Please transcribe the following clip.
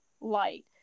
light